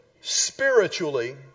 spiritually